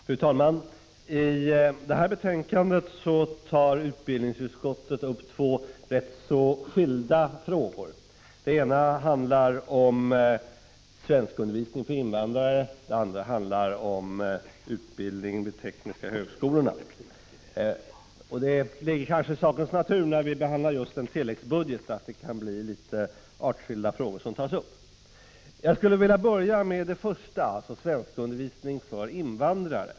Fru talman! I detta betänkande tar utbildningsutskottet upp två rätt skilda frågor. Den ena handlar om svenskundervisningen för invandrare, den andra om utbildningen vid de tekniska högskolorna. Det ligger kanske i sakens natur att det just i en tilläggsbudget tas upp artskilda frågor. Jag skulle vilja börja med frågan om svenskundervisningen för invandrare.